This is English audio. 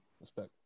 Respect